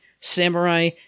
samurai